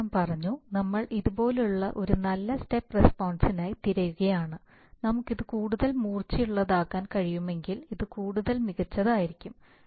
ഇപ്പോൾ ഞാൻ പറഞ്ഞു നമ്മൾ ഇതുപോലുള്ള ഒരു നല്ല സ്റ്റെപ്പ് റെസ്പോൺസനായി തിരയുകയാണ് നമുക്ക് ഇത് കൂടുതൽ മൂർച്ചയുള്ളതാക്കാൻ കഴിയുമെങ്കിൽ അത് കൂടുതൽ മികച്ചതായിരിക്കും